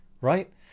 right